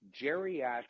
geriatric